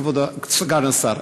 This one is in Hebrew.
כבוד סגן השר,